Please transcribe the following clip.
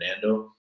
Fernando